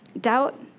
Doubt